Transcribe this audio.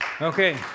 Okay